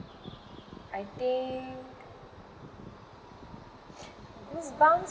I think goosebumps